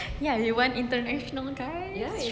ya we want international guys